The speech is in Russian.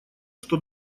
что